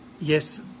yes